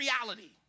reality